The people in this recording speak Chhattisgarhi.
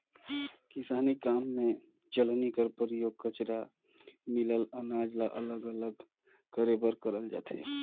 किसानी काम मे चलनी कर परियोग कचरा मिलल अनाज ल अलग अलग करे बर करल जाथे